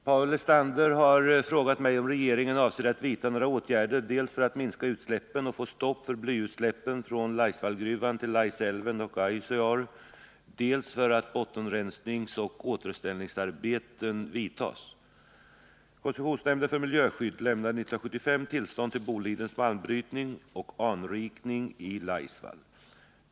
Herr talman! Paul Lestander har frågat mig om regeringen avser att vidta några åtgärder dels för att minska utsläppen och få stopp för blyutsläppen från Laisvallgruvan till Laisälven och Aisjaure, dels för att bottenrensningsoch återställningsarbeten skall utföras. malmbrytning och anrikning i Laisvall.